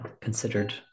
considered